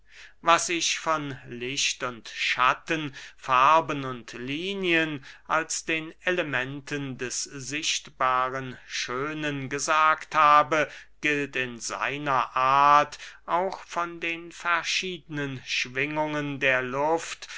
was ich von licht und schatten farben und linien als den elementen des sichtbaren schönen gesagt habe gilt in seiner art auch von den verschiedenen schwingungen der luft